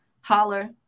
Holler